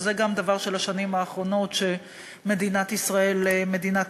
וזה גם דבר של השנים האחרונות שמדינת ישראל עשתה,